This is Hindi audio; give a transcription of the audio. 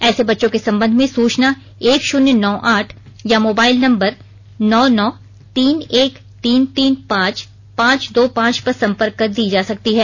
ऐसे बच्चों के संबंध में सूचना एक शून्य नौ आठ या मोबाइल नंबर नौ नौ तीन एक तीन तीन पांच पांच दो पांच पर संपर्क कर दी जा सकती है